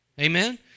Amen